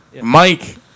Mike